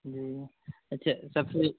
جی اچھا سب سے